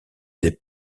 des